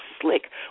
slick